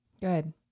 Good